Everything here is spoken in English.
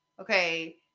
Okay